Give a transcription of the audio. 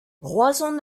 roazhon